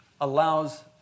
allows